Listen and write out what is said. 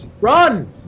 Run